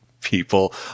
people